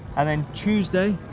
and then tuesday,